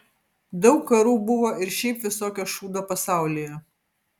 daug karų buvo ir šiaip visokio šūdo pasaulyje